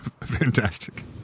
Fantastic